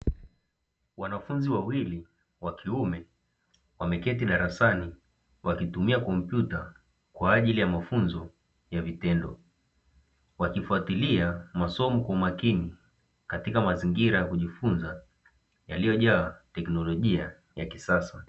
Wanafunzi wawili wakiume wakiwa wameketi darasani wakitumia kompyuta kwa ajili ya mafunzo ya vitendo wakifatilia masomo kwa umakini katika mazingira ya kujifunza yaliyojaa teknolojia ya kisasa.